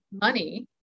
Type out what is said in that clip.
money